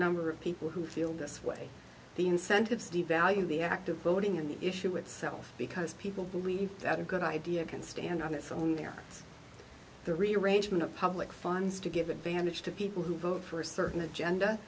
number of people who feel this way the incentives devalue the act of voting on the issue itself because people believe that a good idea can stand on its own merits the rearrangement of public funds to give advantage to people who vote for a certain agenda